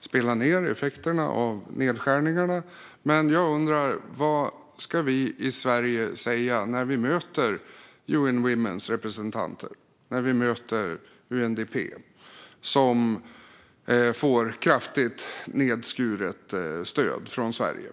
spela ned effekterna av nedskärningarna, men jag undrar: Vad ska vi i Sverige säga när vi möter UN Womens representanter och när vi möter UNDP, som får kraftigt nedskuret stöd från Sverige?